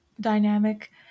dynamic